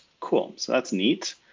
cool, so that's neat.